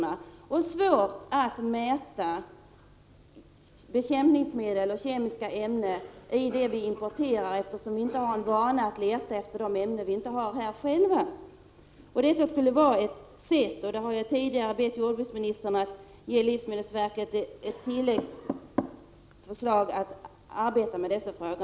Det är också svårt att mäta bekämpningsmedel och kemiska ämnen i varor som vi importerar, eftersom vi inte har någon vana att leta efter ämnen som tidigare inte funnits i Sverige. Att märka varorna med ursprungsland vore därför bra, och jag har tidigare bett jordbruksministern ge livsmedelsverket i uppdrag att arbeta med dessa frågor.